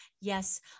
Yes